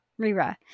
Rira